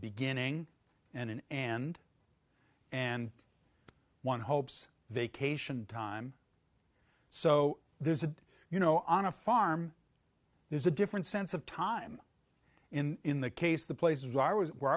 beginning and an and and one hopes vacation time so there's a you know on a farm there's a different sense of time in in the case the places where i was where